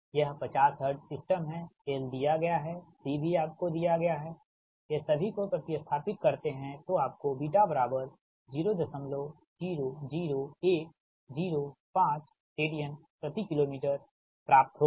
यह 50 hertz system है L दिया गया है C भी आपको दिया गया है ये सभी को प्रति स्थापित करते है तो आपको बीटा बराबर 000105 रेडियन प्रति किलो मीटर प्राप्त होगा